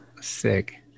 Sick